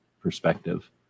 perspective